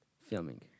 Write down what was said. filming